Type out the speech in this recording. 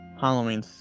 Halloween